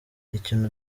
ikintu